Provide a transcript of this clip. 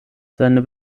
seine